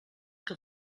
que